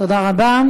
תודה רבה.